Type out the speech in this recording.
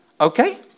Okay